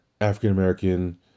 African-American